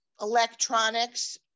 electronics